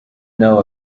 know